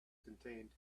contained